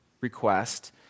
request